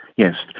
yes,